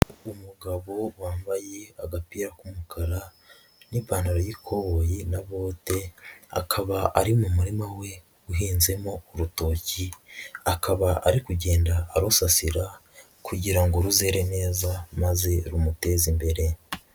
Umugabo wambaye agapira k'umukara n'ipantaro y'ikoboyi na bote, akaba ari mu murima we uhinzemo urutoki, akaba ari kugenda arusasira kugira ngo ruzere neza maze rumuteze imbere.